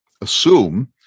assume